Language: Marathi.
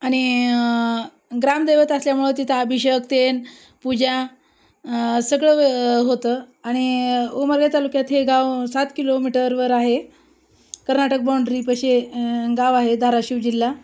आणि ग्रामदैवत असल्यामुळं तिथं अभिषेक ते आणि पूजा सगळं व् होतं आणि उमरगा तालुक्यात हे गाव सात किलोमिटरवर आहे कर्नाटक बाउंड्रीपाशी आ गाव आहे धाराशिव जिल्हा